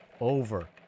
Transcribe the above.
Over